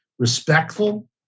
respectful